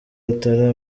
atari